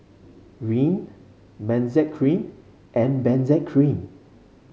Rene Benzac Cream and Benzac Cream